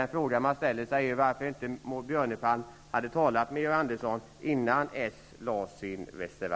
Den fråga man ställer sig är varför Maud Björnemalm inte hade talat med Georg Andersson innan Socialdemokraterna avgav sin reservation.